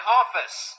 office